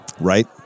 Right